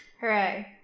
hooray